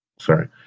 Sorry